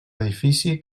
edifici